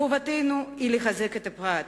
חובתנו היא לחזק את הפרט,